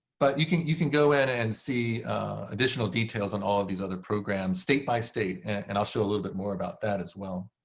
but you can you can go in and and see additional details on all of these other programs state by state. and i'll show a little bit more about that as well.